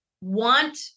want